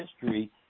history